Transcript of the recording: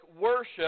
worship